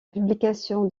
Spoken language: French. publication